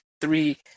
three